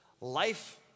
Life